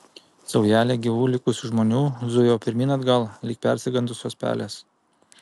saujelė gyvų likusių žmonių zujo pirmyn atgal lyg persigandusios pelės